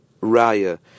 raya